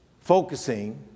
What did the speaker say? Focusing